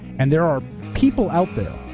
and there are people out there,